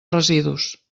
residus